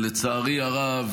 לצערי הרב,